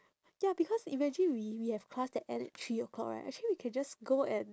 ya because imagine we we have class that end at three o'clock right actually we can just go and